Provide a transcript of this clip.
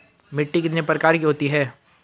मिट्टी कितने प्रकार की होती हैं?